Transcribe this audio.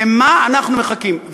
למה אנחנו מחכים?